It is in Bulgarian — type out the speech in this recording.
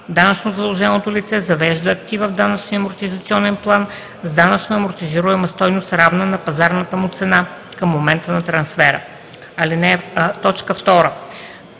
данъчно задълженото лице завежда актива в данъчния амортизационен план с данъчна амортизируема стойност, равна на пазарната му цена към момента на трансфера; 2.